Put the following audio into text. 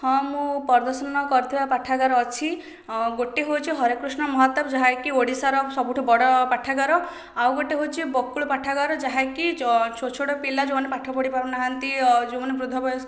ହଁ ମୁଁ ପ୍ରଦର୍ଶନ କରିଥିବା ପାଠାଗାର ଅଛି ଗୋଟିଏ ହେଉଛି ହରେ କୃଷ୍ଣ ମହତାବ ଯାହାକି ଓଡ଼ିଶାର ସବୁଠୁ ବଡ ପାଠାଗାର ଆଉ ଗୋଟିଏ ହେଉଛି ବକୁଳ ପାଠାଗାର ଯାହାକି ଛୋଟ ଛୋଟ ପିଲା ଯେଉଁମାନେ ପାଠ ପଢ଼ିପାରୁନାହାନ୍ତି ଯେଉଁମାନେ ବୃଦ୍ଧ ବୟସ୍କ